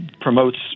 promotes